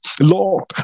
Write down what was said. Lord